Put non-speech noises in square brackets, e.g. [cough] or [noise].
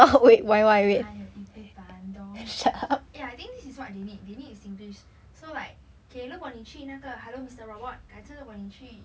[noise] 还有一杯 bandung [laughs] eh I think this is what they need they need to singlish so like okay 如果你去那个 hello mister robot 改次如果你去